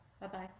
Bye-bye